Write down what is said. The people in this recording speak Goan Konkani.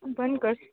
बंद कर